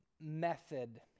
method